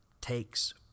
takes